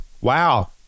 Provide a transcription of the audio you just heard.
Wow